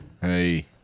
Hey